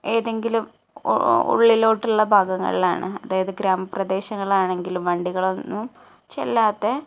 ഏതെങ്കിലും ഉള്ളിലോട്ടുള്ള ഭാഗങ്ങളിലാണ് അതായത് ഗ്രാമ പ്രദേശങ്ങളിലാണെങ്കിൽ വണ്ടികളൊന്നും ചെല്ലാത്ത